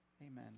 amen